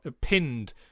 pinned